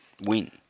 win